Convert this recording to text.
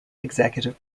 executive